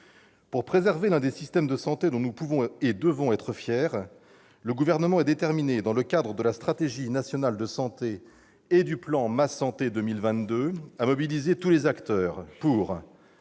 Pour préserver un système de santé dont nous pouvons et devons être fiers, le Gouvernement est déterminé, dans le cadre de la stratégie nationale de santé et du plan « Ma santé 2022 », à mobiliser tous les acteurs pour